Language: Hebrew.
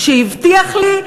שהבטיח לי,